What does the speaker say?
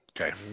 Okay